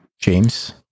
James